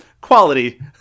quality